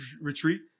Retreat